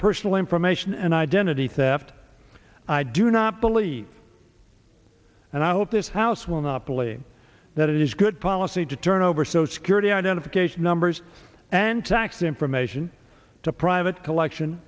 personal information and identity theft i do not believe and i hope this house will not believe that it is good policy to turn over so security identification numbers and tax information to private collection